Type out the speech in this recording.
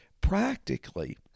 Practically